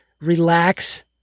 relax